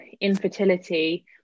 infertility